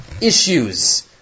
issues